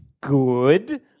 good